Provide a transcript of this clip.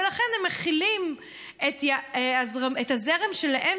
ולכן הם מחילים את הזרם שלהם,